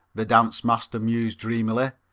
the dance-master mused dreamily.